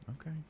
Okay